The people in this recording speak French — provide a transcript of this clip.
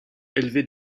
élevés